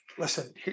listen